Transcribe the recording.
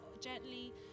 gently